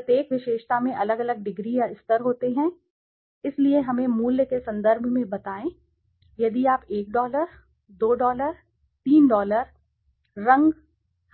प्रत्येक विशेषता में अलग अलग डिग्री या स्तर होते हैं इसलिए हमें मूल्य के संदर्भ में बताएं यदि आप 1 2 3 रंग